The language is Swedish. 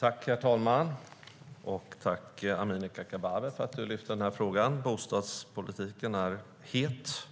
Herr talman! Jag vill tacka Amineh Kakabaveh för att hon har tagit upp bostadspolitiken, som är en het